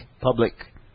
public